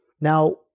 Now